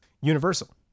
Universal